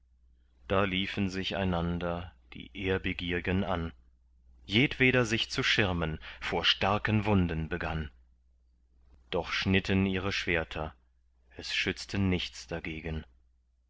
da liefen sich einander die ehrbegiergen an jedweder sich zu schirmen vor starken wunden begann doch schnitten ihre schwerter es schützte nichts dagegen